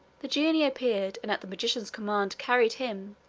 the genie appeared, and at the magician's command carried him,